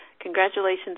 congratulations